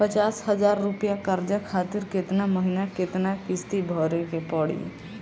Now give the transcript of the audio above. पचास हज़ार रुपया कर्जा खातिर केतना महीना केतना किश्ती भरे के पड़ी?